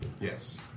Yes